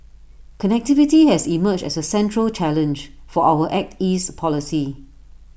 connectivity has emerged as A central challenge for our act east policy